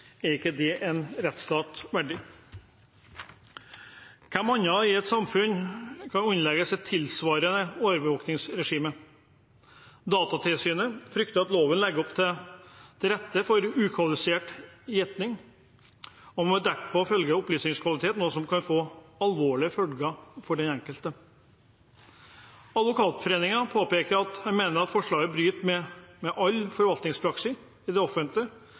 er ikke det en rettsstat verdig. Hvem andre i et samfunn kan underlegges et tilsvarende overvåkingsregime? Datatilsynet frykter at loven legger til rette for ukvalifisert gjetning, med derpå dårlig opplysningskvalitet, noe som kan få alvorlige følger for den enkelte. Advokatforeningen mener at forslaget bryter med all forvaltningspraksis det offentlige